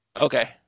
Okay